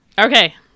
Okay